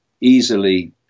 easily